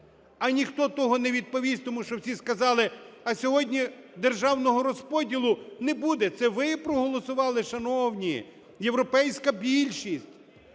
А ніхто того не відповість, тому що всі сказали, а сьогодні державного розподілу не буде. Це ви проголосували, шановні, європейська більшість.